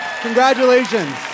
Congratulations